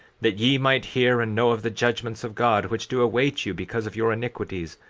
that ye might hear and know of the judgments of god which do await you because of your iniquities,